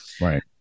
Right